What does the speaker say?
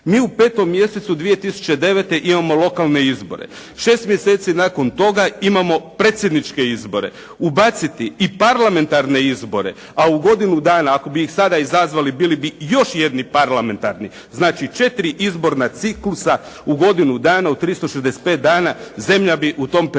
Mi u 5. mjesecu 2009. imamo lokalne izbore. 6 mjeseci nakon toga imamo predsjedničke izbore. Ubaciti i parlamentarne izbore, a u godinu dana ako bi ih sada izazvali bili bi još jednu parlamentarni. Znači 4 izborna ciklusa u godinu dana, u 365 dana zemlja bi u tom periodu